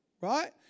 right